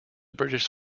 british